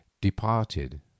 departed